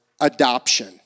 Adoption